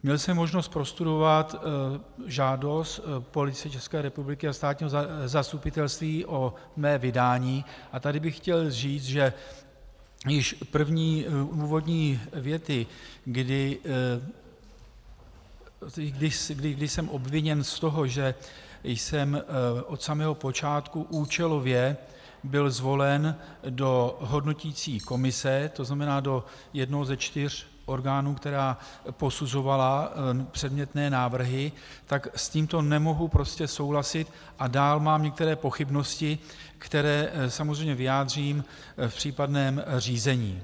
Měl jsem možnost prostudovat žádost Policie České republiky a státního zastupitelství o mé vydání a tady bych chtěl říct, že již první úvodní věty, kdy jsem obviněn z toho, že jsem od samého počátku byl účelově zvolen do hodnoticí komise, to znamená do jednoho ze čtyř orgánů, která posuzovala předmětné návrhy, tak s tímto nemohu prostě souhlasit a dál mám některé pochybnosti, které samozřejmě vyjádřím v případném řízení.